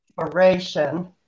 inspiration